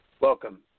Welcome